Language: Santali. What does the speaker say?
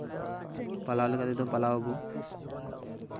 ᱯᱟᱞᱟᱣ ᱞᱮᱠᱟ ᱛᱮᱫᱚ ᱯᱟᱞᱟᱣ ᱟᱵᱚ